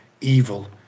evil